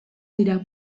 dira